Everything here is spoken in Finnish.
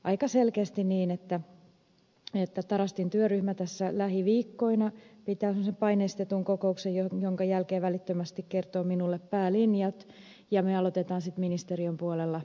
aika selkeästi niin että tarastin työryhmä tässä lähiviikkoina pitää semmoisen paineistetun kokouksen jonka jälkeen välittömästi kertoo minulle päälinjat ja me aloitamme sitten ministeriön puolella valmistelun